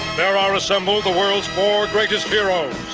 there are assembled the world's four greatest heroes.